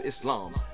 Islam